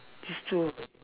these two